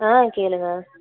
ஆ கேளுங்கள்